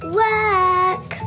work